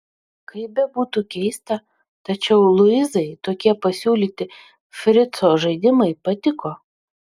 kaip bebūtų keista tačiau luizai tokie pasiūlyti frico žaidimai patiko